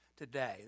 Today